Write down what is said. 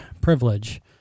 privilege